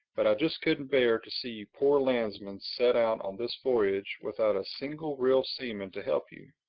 but i just couldn't bear to see you poor landsmen set out on this voyage without a single real seaman to help you.